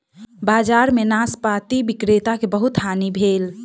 बजार में नाशपाती विक्रेता के बहुत हानि भेल